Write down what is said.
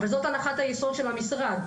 זוהי הנחת היסוד של המשרד,